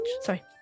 Sorry